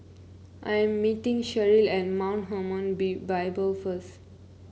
I'm meeting Sherrill at Mount Hermon Be Bible first